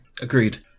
Agreed